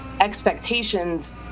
expectations